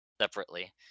...separately